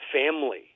family